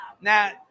now